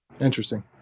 Interesting